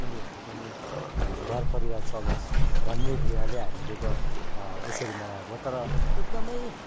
उनीहरूको पनि घर परिवार चलोस् भन्ने धेयले हामीले गर यसरी मगाएको तर एकदमै